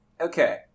Okay